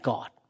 God